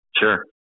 sure